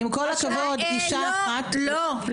עם כל הכבוד, פגישה אחת --- לא, לא, לא.